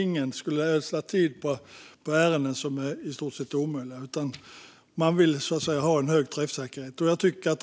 Ingen ödslar tid på ärenden som är i stort sett omöjliga. Man vill ha en hög träffsäkerhet.